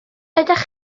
ydych